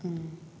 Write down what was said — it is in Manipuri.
ꯎꯝ